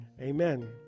Amen